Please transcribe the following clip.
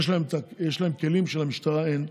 יש להם כלים שלמשטרה אין.